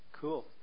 Cool